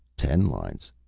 ten lines.